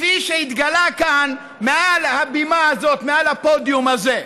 כפי שהתגלה כאן מעל הבימה הזאת, מעל הפודיום הזה?